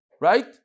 right